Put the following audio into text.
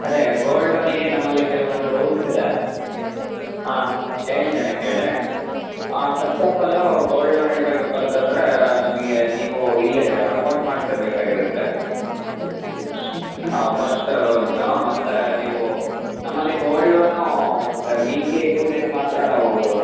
ಅದೇ ಗೋಲ್ಡ್ ಲೋನಿಗೆ ನಮ್ಮಲ್ಲಿ ಕೆಲವೊಂದು ರೂಲ್ಸ್ ಇದೆ ಹಾಂ ಹೇಳ್ತೆನೆ ಕೇಳಿ first of all gold loan ಇಡಬೇಕಪ್ಪ ಅಂತಂದರೆ ನಮಗೆ ನೀವು ಇಲ್ಲೇ ಅಕೌಂಟ್ ಮಾಡಿಸಿರ್ಬೇಕಾಗಿರತ್ತೆ ಫಸ್ಟ್ ರೂಲ್ಸು ಮತ್ತು ನೀವು ನಮ್ಮಲ್ಲಿ ಗೋಲ್ಡ್ ಲೋನು ಮತ್ತು ವೀಕ್ಲಿ ಟೂ ಡೇಸ್ ಮಾತ್ರ ನಾವು